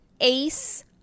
ace